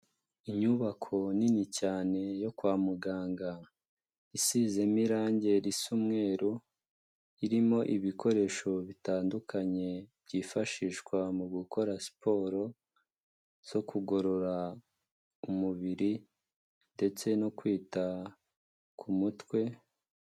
Inyubako nini cyane yo kwa muganga, isize m’irange ris’umweru, irimo ibikoresho bitandukanye byifashishwa mu gukora siporo zo kugorora umubiri, ndetse no kwita ku mutwe.